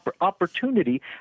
opportunity